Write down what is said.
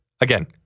Again